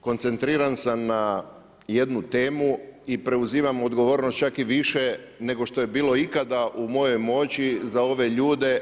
Koncentriran sam na jednu temu i preuzimam odgovornost čak i više nego što je bilo ikada u mojoj moći za ove ljude.